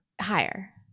higher